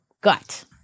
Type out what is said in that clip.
gut